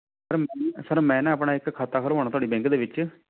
sir sir ਮੈਂ ਨਾ ਆਪਣਾ ਇੱਕ ਖਾਤਾ ਖੁਲਵਾਉਣਾ ਤੁਹਾਡੇ ਬੈਂਕ ਦੇ ਵਿੱਚ